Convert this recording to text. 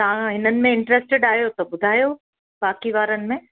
तव्हां इन्हनि में इंटरस्टेड आहियो त ॿुधायो बाक़ी वारनि में